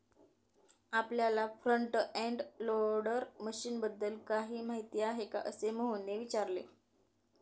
आपल्याला front end loader मशीनबद्दल काही माहिती आहे का, असे मोहनने विचारले?